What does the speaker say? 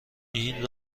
این